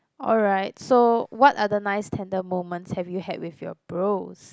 alright so what are the nice tender moments have you had with your bros